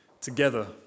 together